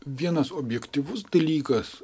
vienas objektyvus dalykas